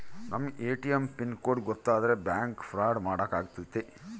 ನಮ್ ATM pin code ಗೊತ್ತಾದ್ರೆ bank fraud ಮಾಡಾಕ ಆಗುತ್ತೆ